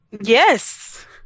Yes